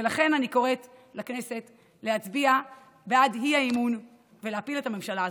ולכן אני קוראת לכנסת להצביע בעד האי-אמון ולהפיל את הממשלה הזו.